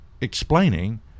explaining